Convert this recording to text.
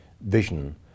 vision